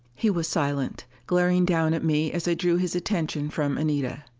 he was silent, glaring down at me as i drew his attention from anita.